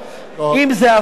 אם זה הפוך,